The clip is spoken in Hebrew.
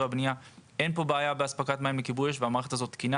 הבנייה ושאין בעיה באספקת המים לכיבוי אש והמערכת תקינה